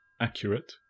accurate